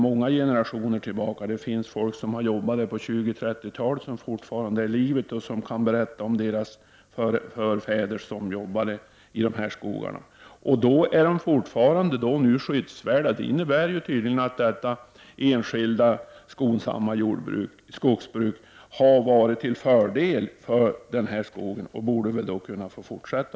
Det finns folk som har jobbat här på 20 och 30-talet som fortfarande är i livet, och de kan berätta om sina förfäder, som också har jobbat i dessa skogar. Skogarna är alltså fortfarande skyddsvärda, och det innebär att detta enskilda, skonsamma skogsbruk tydligen har varit till fördel för skogen, och därför borde det kunna få fortsätta.